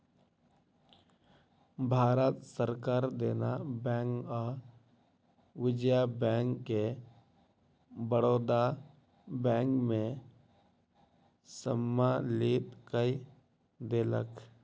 भारत सरकार देना बैंक आ विजया बैंक के बड़ौदा बैंक में सम्मलित कय देलक